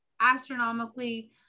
astronomically